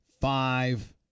five